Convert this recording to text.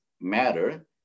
matter